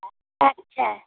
আচ্ছা